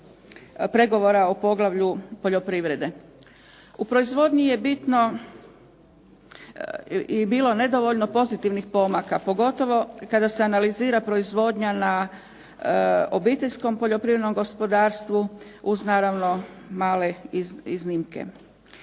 pregovora o poglavlju poljoprivrede. U proizvodnji je bitno i bilo nedovoljno pozitivnih pomaka pogotovo kada se analizira proizvodnja na obiteljskom poljoprivrednom gospodarstvu uz naravno male iznimke.